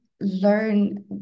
learn